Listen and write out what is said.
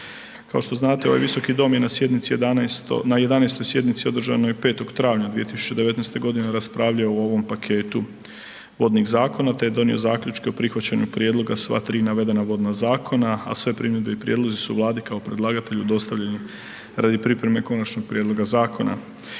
Kako što znate ovaj visoki dom je na sjednici 11, na 11 sjednici održanoj 5. travnja 2019. godine raspravljao o ovom paketu vodnih zakona te je donio zaključke o prihvaćanju prijedloga sva tri navedena vodna zakona, a sve primjedbe i prijedlozi su Vladi kao predlagatelju dostavljeni radi pripreme konačnog prijedloga zakona.